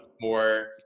more